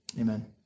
amen